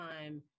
time